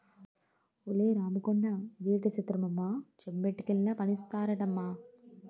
ఒలే రాముకొండా ఇదేటి సిత్రమమ్మో చెంబొట్టుకెళ్లినా పన్నేస్తారటమ్మా